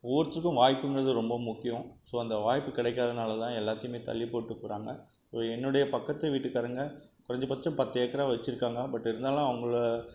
ஒவ்வொருத்தருக்கும் வாய்ப்புங்கிறது ரொம்ப முக்கியம் ஸோ அந்த வாய்ப்பு கிடைக்காததுனால தான் எல்லாத்தியுமே தள்ளிப்போட்டு போகிறாங்க என்னுடைய பக்கத்து வீட்டுக்காரங்க குறைஞ்சபட்சம் பத்து ஏக்கரா வச்சுருக்காங்க பட் இருந்தாலும் அவங்கள